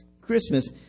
Christmas